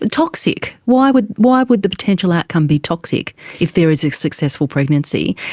toxic? why would why would the potential outcome be toxic if there is a successful pregnancy,